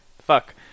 fuck